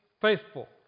faithful